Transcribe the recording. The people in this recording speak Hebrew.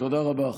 תודה רבה.